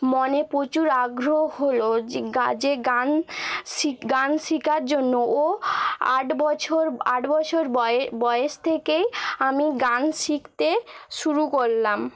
মনে প্রচুর আগ্রহ হল যে গা যে গান শিক গান শেখার জন্য ও আট বছর আট বছর বয়ে বয়েস থেকেই আমি গান শিখতে শুরু করলাম